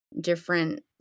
different